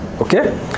Okay